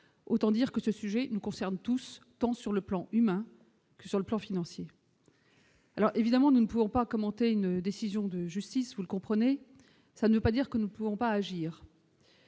autant dire que ce sujet nous concerne tous, tant sur le plan humain que sur le plan financier. Alors évidemment, nous ne pouvons pas commenter une décision de justice, vous le comprenez ça ne pas dire que nous pouvons pas agir.